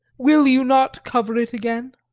will you not cover it again?